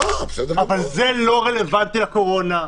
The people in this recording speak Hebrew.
אבל זה לא רלוונטי לקורונה,